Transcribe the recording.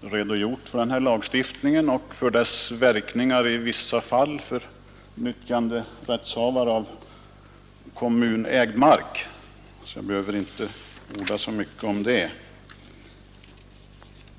redogjort för den här lagstiftningen och dess verkningar i vissa fall för person som innehar nyttjanderätt till kommunägd mark, så jag behöver inte orda så mycket om det.